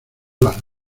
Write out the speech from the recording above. las